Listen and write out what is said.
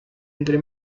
entre